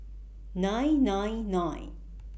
nine nine nine